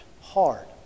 hard